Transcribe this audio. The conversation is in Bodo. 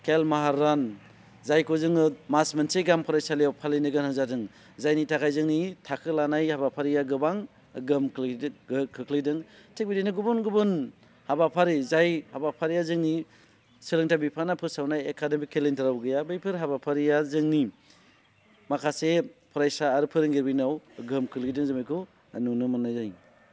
खेल माहारान जायखौ जोङो मास मोनसे गाहाम फरायसालियाव फालिनो गोनां जादों जायनि थाखाय जोंनि थाखो लानाय हाबाफारिया गोबां गोहोम गोहोम खोख्लैदों थिग बिदिनो गुबुन गुबुन हाबाफारि जाय हाबाफारिया जोंनि सोलोंथाय बिफाना फोसावनाय एकाडेमि केलेनडारआव गैया बैफोर हाबाफारिया जोंनि माखासे फरायसा आरो फोरोंगिरिनाव गोहोम खोख्लैदों जों बेखौ नुनो मोननाय जायो